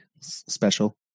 special